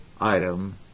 item